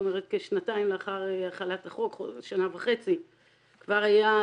כשנתיים לאחר החלת החוק כבר היה גידול